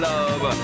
Love